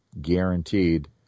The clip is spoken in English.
guaranteed